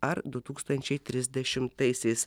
ar du tūkstančiai trisdešimtaisiais